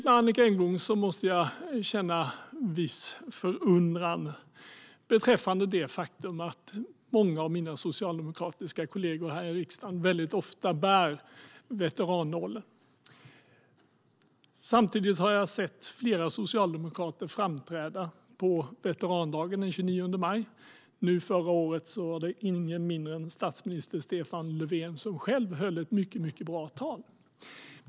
Många av mina socialdemokratiska kollegor i riksdagen bär ofta veterannålen, och jag har sett flera socialdemokrater framträda på veterandagen den 29 maj. Förra året var det ingen mindre än statsminister Stefan Löfven själv som höll ett mycket bra tal.